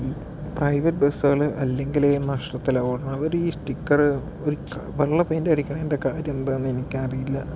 ഈ പ്രൈവറ്റ് ബസ്സുകള് അല്ലെങ്കിലേ നഷ്ടത്തിലാ ഓടണത് അവർ ഈ സ്റ്റിക്കർ വെള്ള പെയിന്റ് അടിക്കണതിൻ്റെ കാര്യം എന്താണെന്ന് എനിക്കറിയില്ല